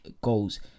goals